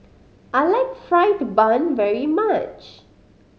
I like fried bun very much